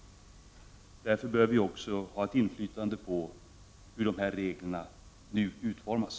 Därför bör vi även ha ett inflytande på hur dessa regler nu utformas.